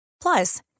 Plus